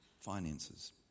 finances